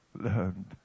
learned